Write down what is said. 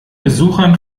besuchern